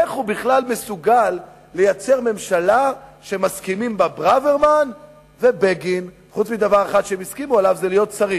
איך הוא בכלל מסוגל לייצר ממשלה שברוורמן ובגין מסכימים בה?